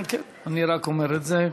כן, אני רק אומר את זה.